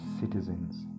citizens